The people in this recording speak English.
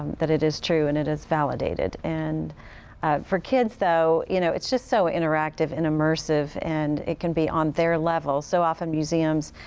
that it is true and it is validated. and for kids, though, you know, it's just so interactive and immersive and it can be on their level. so often museums,